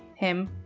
him,